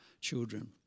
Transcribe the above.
children